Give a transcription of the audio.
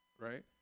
right